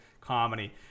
comedy